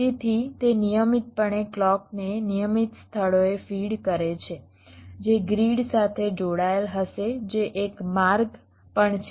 તેથી તે નિયમિતપણે ક્લૉકને નિયમિત સ્થળોએ ફીડ કરે છે જે ગ્રીડ સાથે જોડાયેલ હશે જે એક માર્ગ પણ છે